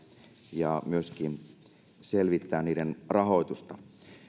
ja myöskin on hyvä selvittää niiden rahoitusta